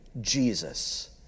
Jesus